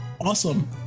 awesome